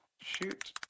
Shoot